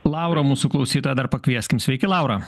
laurą mūsų klausytoją dar pakvieskim sveiki laura